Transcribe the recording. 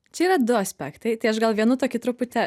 čia yra du aspektai tai aš gal vienu tokiu truputį